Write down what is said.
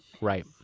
Right